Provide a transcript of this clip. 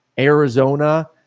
Arizona